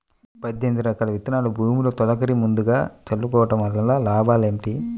పద్దెనిమిది రకాల విత్తనాలు భూమిలో తొలకరి ముందుగా చల్లుకోవటం వలన లాభాలు ఏమిటి?